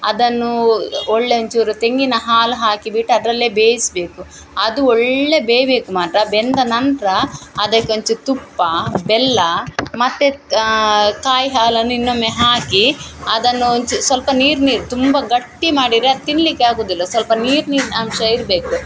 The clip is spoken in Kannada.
ಅದನ್ನು ಒಳ್ಳೆಯ ಒಂದ್ಚೂರು ತೆಂಗಿನಹಾಲು ಹಾಕಿಬಿಟ್ಟು ಅದರಲ್ಲೇ ಬೇಯ್ಸಬೇಕು ಅದು ಒಳ್ಳೆಯ ಬೇಯ್ಬೇಕು ಮಾತ್ರ ಬೆಂದ ನಂತರ ಅದಕ್ಕೆ ಒಂಚೂರು ತುಪ್ಪ ಬೆಲ್ಲ ಮತ್ತು ಕಾಯಿಹಾಲನ್ನು ಇನ್ನೊಮ್ಮೆ ಹಾಕಿ ಅದನ್ನು ಒಂಚೂರು ಸ್ವಲ್ಪ ನೀರು ನೀರು ತುಂಬ ಗಟ್ಟಿ ಮಾಡಿದ್ರೆ ಅದು ತಿನ್ನಲಿಕ್ಕೆ ಆಗುವುದಿಲ್ಲ ಸ್ವಲ್ಪ ನೀರಿನ ಅಂಶ ಇರಬೇಕು